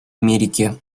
америки